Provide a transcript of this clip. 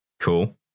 Cool